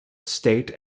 state